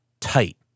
tight